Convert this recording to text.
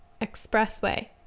Expressway